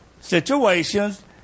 situations